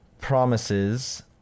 Promises